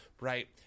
right